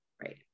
Right